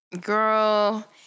Girl